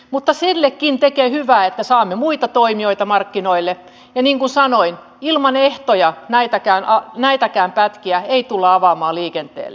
mutta sillekin tekee hyvää että saamme muita toimijoita markkinoille ja niin kuin sanoin ilman ehtoja näitäkään pätkiä ei tulla avaamaan liikenteelle